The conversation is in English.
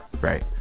right